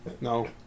No